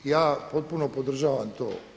I ja potpuno podržavam to.